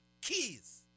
keys